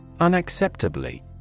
Unacceptably